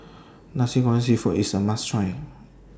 Nasi Goreng Seafood IS A must Try